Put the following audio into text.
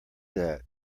that